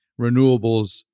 renewables